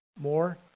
More